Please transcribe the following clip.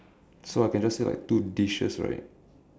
so I can just say like two dishes right